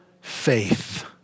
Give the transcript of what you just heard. faith